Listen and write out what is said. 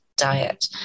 diet